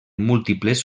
múltiples